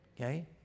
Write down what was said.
Okay